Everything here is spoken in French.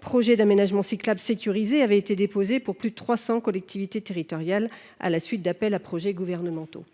projets d’aménagements cyclables sécurisés avaient été déposés par plus de 300 collectivités territoriales à la suite d’appels à projets gouvernementaux.